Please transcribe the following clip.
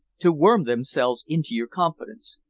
to worm themselves into your confidence.